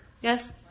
Yes